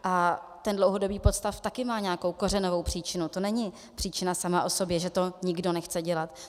A ten dlouhodobý podstav také má nějakou kořenovou příčinu, to není příčina sama o sobě, že to nikdo nechce dělat.